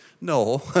No